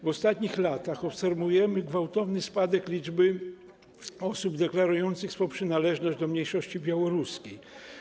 W ostatnich latach obserwujemy gwałtowny spadek liczby osób deklarujących swą przynależność do mniejszości białoruskiej.